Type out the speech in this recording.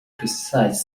precise